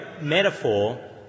metaphor